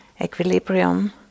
equilibrium